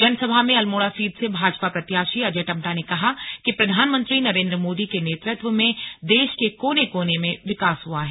जनसभा में अल्मोड़ा सीट से भाजपा प्रत्याशी अजय टम्टा ने कहा कि प्रधानमंत्री नरेंद्र मोदी के नेतृत्व में देश के कोने कोने में विकास हआ है